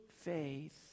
faith